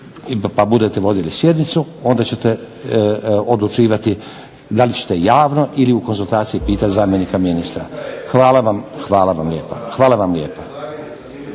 pa budete vodili sjednicu onda ćete odlučivati da li ćete javno ili u konzultaciji pitati zamjenika ministra. Hvala vam lijepa.